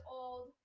old